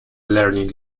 learning